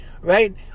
Right